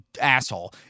asshole